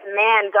man